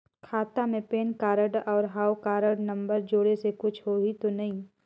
खाता मे PAN card और हव कारड नंबर जोड़े से कुछ होही तो नइ?